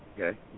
Okay